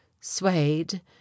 swayed